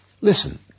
Listen